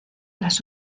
las